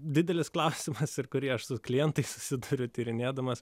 didelis klausimas ir kurį aš su klientais susiduriu tyrinėdamas